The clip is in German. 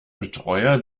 betreuer